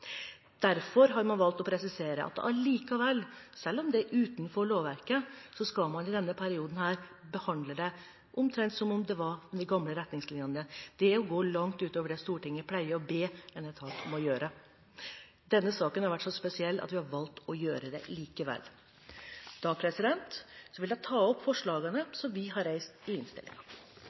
Derfor har man valgt å presisere at selv om det er utenfor lovverket, skal man i denne perioden behandle dette omtrent som om det var under de gamle retningslinjene. Det er å gå langt utover det Stortinget pleier å be en etat om å gjøre. Denne saken har vært så spesiell at vi har valgt å gjøre det likevel. Jeg vil ta opp forslaget som vi har reist i